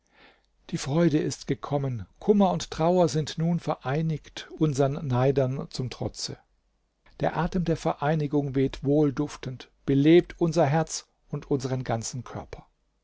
die freude ist gekommen kummer und trauer sind nun vereinigt unsern neidern zum trotze der atem der vereinigung weht wohlduftend belebt unser herz und unseren ganzen körper